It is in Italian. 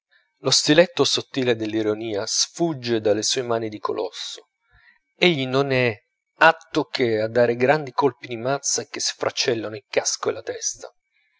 lo stiletto sottile dell'ironia sfugge dalle sue mani di colosso egli non è atto che a dare i grandi colpi di mazza che sfracellano il casco e la testa